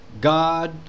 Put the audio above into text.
God